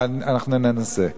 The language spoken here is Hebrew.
אנחנו ננסה.